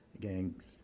gangs